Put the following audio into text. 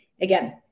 again